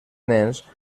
nens